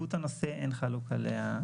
חשיבות הנושא, אין חולק עליה.